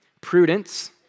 prudence